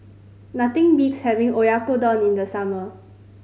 nothing beats having Oyakodon in the summer